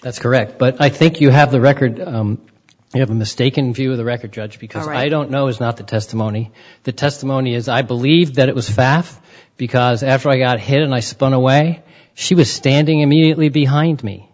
that's correct but i think you have the record you have a mistaken view of the record judge because i don't know is not the testimony the testimony is i believe that it was fast because after i got hit and i spun away she was standing immediately behind me